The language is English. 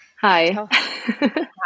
hi